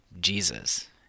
Jesus